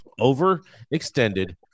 overextended